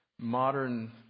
Modern